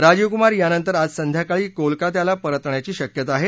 राजीव कुमार यानंतर आज संध्याकाळी कोलकात्याला परतण्याची शक्यता आहे